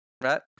right